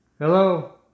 Hello